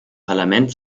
parlament